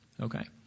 okay